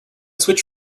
switch